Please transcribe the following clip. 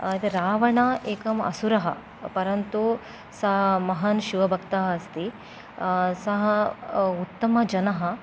रावणः एकः असुरः परन्तु सः महान् शिवभक्तः अस्ति सः उत्तमजनः